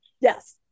Yes